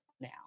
now